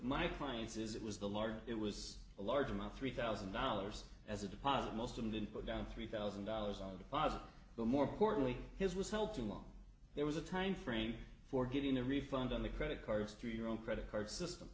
my clients is it was the large it was a large amount three thousand dollars as a deposit most of them put down three thousand dollars on deposit but more importantly his was helped along there was a timeframe for getting a refund on the credit cards through your own credit card system